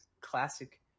Classic